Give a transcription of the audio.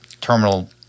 terminal